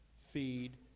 Feed